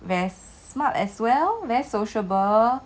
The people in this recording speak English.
very smart as well very sociable